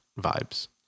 vibes